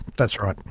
that's right.